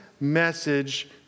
message